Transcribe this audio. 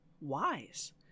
wise